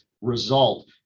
result